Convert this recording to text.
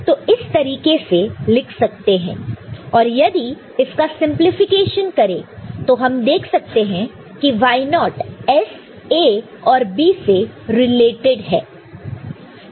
तो इस तरीके से लिख सकते हैं और यदि इसका सिंपलीफिकेशन करें तो हम देख सकते हैं की Y0 S A और B से रिलेटेड है